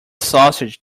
sausage